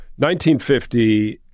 1950